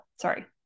sorry